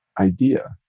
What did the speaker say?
idea